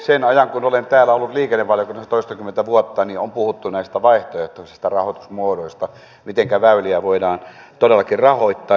sen ajan kun olen täällä ollut liikennevaliokunnassa toistakymmentä vuotta on puhuttu näistä vaihtoehtoisista rahoitusmuodoista mitenkä väyliä voidaan todellakin rahoittaa